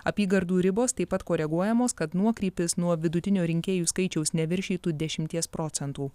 apygardų ribos taip pat koreguojamos kad nuokrypis nuo vidutinio rinkėjų skaičiaus neviršytų dešimties procentų